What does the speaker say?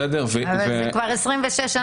אבל זה כבר 26 שנה.